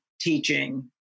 teaching